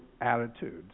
attitudes